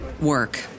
work